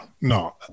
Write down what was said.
No